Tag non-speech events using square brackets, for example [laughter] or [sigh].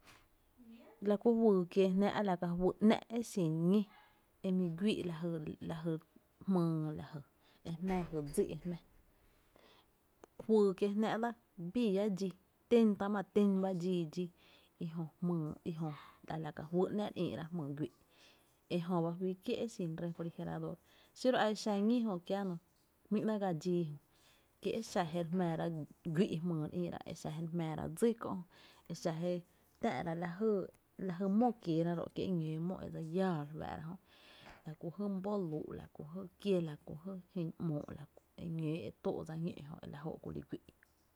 [noise] La kú juyy kiee jnáá’ a la ka juy ‘nⱥ’ e xin ñí [noise] e mi güii’ la jy [hesitation] lajy jmyy lajy e jmⱥⱥ jy [noise] dsí e jmⱥⱥ, juyy kie jnáá’ la bii iá dxii, ta ma ten ba dxii ejö a la ka juy ‘ná’ re ïïrá’ jmý güi’ ejö fí kié’ e xin refrigerador xiro a e xa ñí jö kiäno jmí’ ‘nɇɇ’ gaa dxii ki a exa je re jmⱥⱥra güi’ jmyy e re ï’ra, a e xa jé re jmⱥⱥra dsí kö’ e xa je re tä’ra lajy mó kieera ro’ ki e ñóo mó e dse iáá re fá’ra, la kú jy my bolüü’ la jy, la ku jy kié lajyn ‘moo’ lajyn, e ñóo e tóó’ dsa e jö la jóó’ kuli güi’.